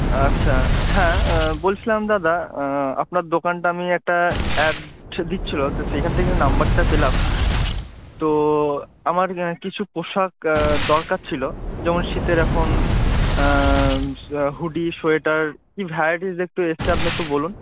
আচ্ছা হ্যাঁ বলছিলাম দাদা আপনার দোকানটা আমি একটা অ্যাড দিচ্ছিল তো সেইখান থেকে আমি নাম্বারটা পেলাম তো আমার কিছু পোশাক দরকার ছিল যেমন শীতের এখন হুডি সোয়েটার কী ভ্যারাইটিস একটু এসেছে আপনি একটু বলুন